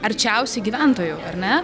arčiausiai gyventojų ar ne